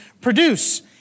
produce